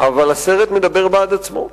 אבל הסרט מדבר בעד עצמו.